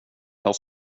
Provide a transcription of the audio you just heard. har